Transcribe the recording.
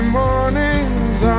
mornings